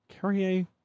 Carrier